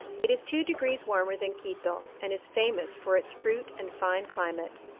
it is two degrees warmer than quito, and is famous for its fruit and fine climate.